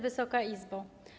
Wysoka Izbo!